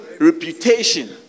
reputation